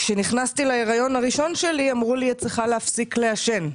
כשנכנסתי להיריון הראשון שלי אמרו לי שאני צריכה להפסיק לעשן.